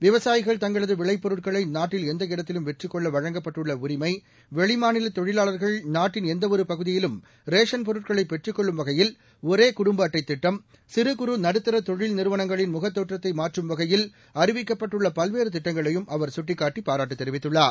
விவசாயிகள் தங்களது விளைப் பொருட்களை நாட்டில் எந்த இடத்திலும் விற்பனை செய்தகொள்ள வழங்கப்பட்டுள்ள உரிமை வெளிமாநில தொழிலாளா்கள் நாட்டின் எந்தவொரு பகுதியிலும் ரேஷன் பொருட்களை பெற்றுக்கொள்ளும் வகையில் ஒரே குடும்ப அட்டை திட்டம் சிறு குறு நடுத்தர தொழில் நிறுவனங்களின் முகத்தோற்றத்தை மாற்றும் வகையில் அறிவிக்கப்பட்டுள்ள பல்வேறு திட்டங்களையும் அவர் சுட்டிக்காட்டி பாராட்டு தெரிவித்துள்ளார்